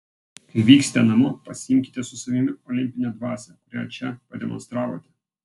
kai vyksite namo pasiimkite su savimi olimpinę dvasią kurią čia pademonstravote